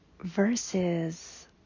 versus